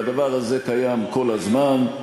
והדבר הזה קיים כל הזמן.